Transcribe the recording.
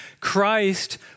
Christ